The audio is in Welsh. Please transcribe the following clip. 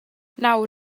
nawr